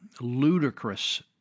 ludicrous